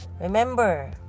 Remember